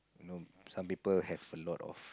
you know some people have a lot of